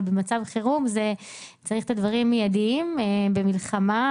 אבל במצב של חירום צריך שהדברים יהיו מידיים במלחמה,